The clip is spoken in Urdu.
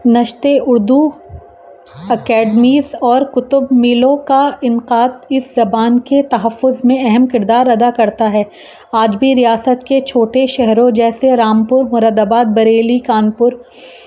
نشستیں اردو اکیڈمیز اور کتب مییلوں کا انعقاد اس زبان کے تحفظ میں اہم کردار ادا کرتا ہے آج بھی ریاست کے چھوٹے شہروں جیسے رامپور مراد آباد بریلی کانپور